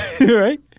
right